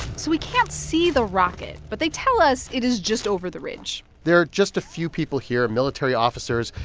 so we can't see the rocket. but they tell us it is just over the ridge there are just a few people here military officers,